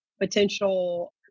potential